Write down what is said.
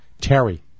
Terry